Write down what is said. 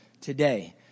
today